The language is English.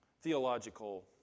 theological